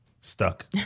stuck